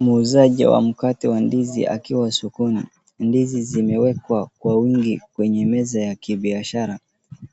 Muuzaji wa mkate wa ndizi akiwa sokoni ndizi zimewekwa kwa wingi kwenye meza ya kibiashara